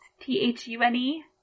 T-H-U-N-E